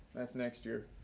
that's next year.